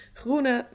groene